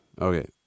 Okay